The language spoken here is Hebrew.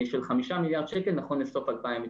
של 5 מיליארד שקל נכון לסוף 2019,